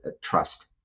trust